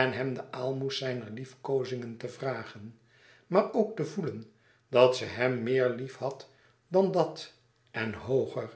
en hem den aalmoes zijner liefkoozingen vragen maar ook te voelen dat ze hem meer liefhad dan dat en hooger